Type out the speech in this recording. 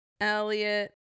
elliot